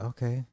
Okay